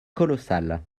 colossale